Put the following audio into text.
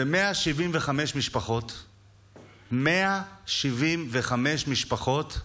ול-175 משפחות, 175 משפחות,